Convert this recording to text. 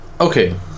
okay